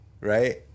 right